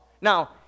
Now